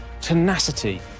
tenacity